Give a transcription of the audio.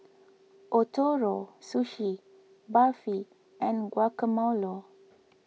Ootoro Sushi Barfi and Guacamole